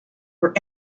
were